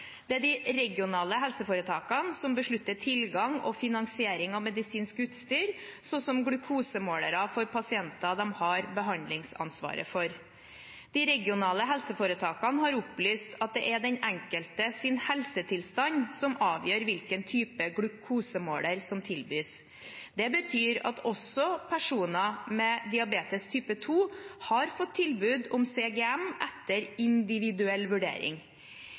Det er de regionale helseforetakene som beslutter tilgang og finansiering av medisinsk utstyr, som glukosemålere for pasienter de har behandlingsansvaret for. De regionale helseforetakene har opplyst at det er den enkeltes helsetilstand som avgjør hvilken type glukosemåler som tilbys. Det betyr at også personer med diabetes type 2 har fått tilbud om CGM etter individuell vurdering.